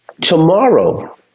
Tomorrow